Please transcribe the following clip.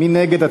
מי נגד?